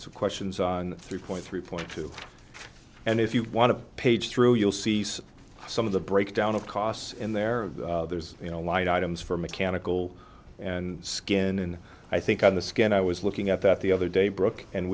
so questions on three point three point two and if you want to page through you'll see some of the breakdown of costs in there there's you know light items for mechanical and skin i think on the skin i was looking at that the other day brooke and